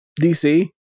DC